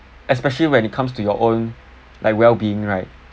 especially when it comes to your own like well being right